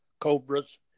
cobras